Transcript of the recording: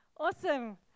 Awesome